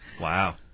Wow